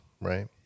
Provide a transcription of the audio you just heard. right